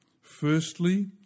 Firstly